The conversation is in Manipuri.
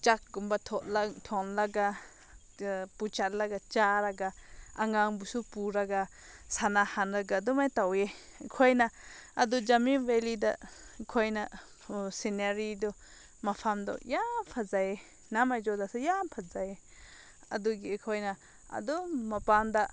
ꯆꯥꯛꯀꯨꯝꯕ ꯊꯣꯡꯂꯒ ꯄꯨꯁꯤꯜꯂꯒ ꯆꯥꯔꯒ ꯑꯉꯥꯡꯕꯨꯁꯨ ꯄꯨꯔꯒ ꯁꯥꯟꯅꯍꯜꯂꯒ ꯑꯗꯨꯃꯥꯏꯅ ꯇꯧꯋꯦ ꯑꯩꯈꯣꯏꯅ ꯑꯗꯨ ꯖꯥꯃꯤ ꯚꯦꯜꯂꯤꯗ ꯑꯩꯈꯣꯏꯅ ꯁꯤꯅꯔꯤꯗꯨ ꯃꯐꯝꯗꯣ ꯌꯥꯝ ꯐꯖꯩꯌꯦ ꯅꯥꯃꯩꯖꯣꯗꯁꯨ ꯌꯥꯝ ꯐꯖꯩꯌꯦ ꯑꯗꯨꯒꯤ ꯑꯩꯈꯣꯏꯅ ꯑꯗꯨꯝ ꯃꯄꯥꯟꯗ